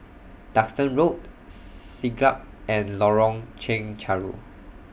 Duxton Road Siglap and Lorong Chencharu